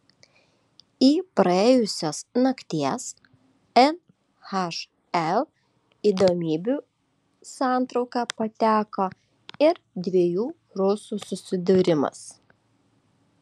į praėjusios nakties nhl įdomybių santrauką pateko ir dviejų rusų susidūrimas